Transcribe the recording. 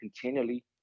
continually